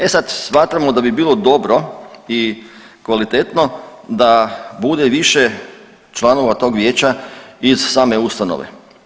E sad, smatramo da bi bilo dobro i kvalitetno da bude više članova tog vijeća iz same ustanove.